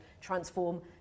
transform